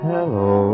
Hello